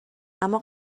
اما